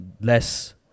less